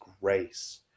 grace